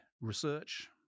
research